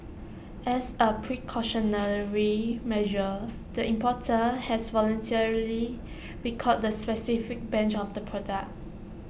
as A precautionary measure the importer has voluntarily recalled the specific batch of the product